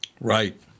Right